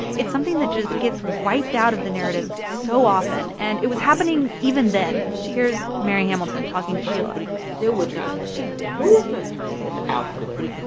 it's something that just gets wiped out of the narrative so often. and it was happening even then. here's mary hamilton talking to sheila there would not have been a movement without the women.